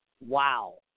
Wow